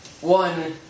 One